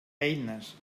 eines